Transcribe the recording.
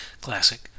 Classic